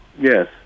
Yes